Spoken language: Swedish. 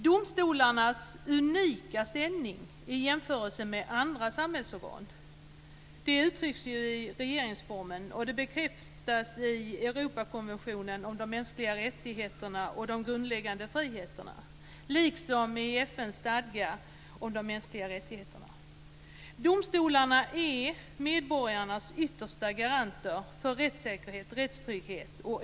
Domstolarnas unika ställning i jämförelse med andra samhällsorgan uttrycks i regeringsformen och bekräftas i Europakonventionen om de mänskliga rättigheterna och de grundläggande friheterna, liksom i FN:s stadga om de mänskliga rättigheterna. Domstolarna är medborgarnas yttersta garanter för rättssäkerhet och rättstrygghet.